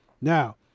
now